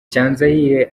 cyanzayire